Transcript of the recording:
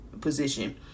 position